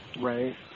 right